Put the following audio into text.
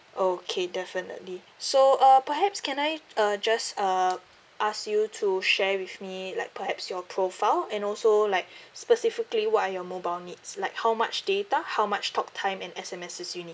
okay definitely so uh perhaps can I uh just uh ask you to share with me like perhaps your profile and also like specifically what are your mobile needs like how much data how much talk time and S_M_Ss you need